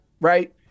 right